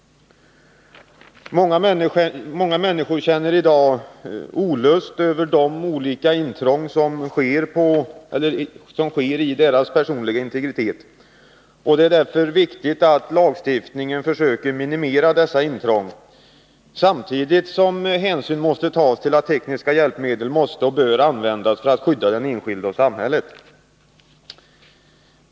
Många människor känner i dag olust över de olika intrång som sker i deras personliga integritet. Det är därför viktigt att lagstiftningen försöker minimera dessa intrång, samtidigt som hänsyn måste tas till att tekniska hjälpmedel måste och bör användas för att skydda den enskilde och samhället.